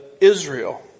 Israel